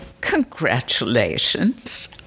congratulations